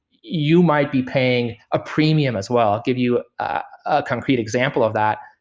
you might be paying a premium as well. i'll give you a concrete example of that.